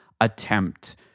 attempt